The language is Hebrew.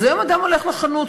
אז היום אדם הולך לחנות,